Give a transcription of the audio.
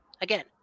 Again